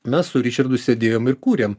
mes su ričardu sėdėjom ir kūrėm